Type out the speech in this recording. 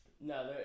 no